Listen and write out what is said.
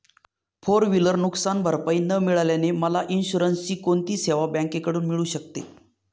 Four wheeler नुकसानभरपाई न मिळाल्याने मला इन्शुरन्सची कोणती सेवा बँकेकडून मिळू शकते?